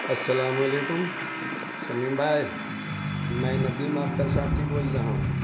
السلام علیکم شمیم بھائی میں ندیم آپ کا ساتھی بول رہا ہوں